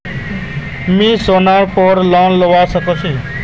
मुई सोनार पोर लोन लुबा सकोहो ही?